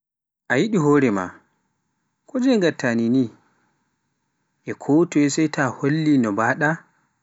A yiɗi hoore maa, kojen ngatta nini, e kotoye sai ta holli nonno mbaɗa.